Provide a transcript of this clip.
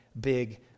big